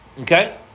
Okay